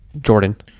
Jordan